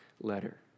letter